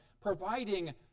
providing